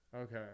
Okay